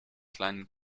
kleinen